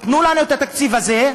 תנו לנו את התקציב הזה,